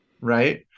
right